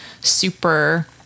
super